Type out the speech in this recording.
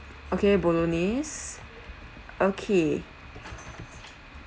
okay bolognese okay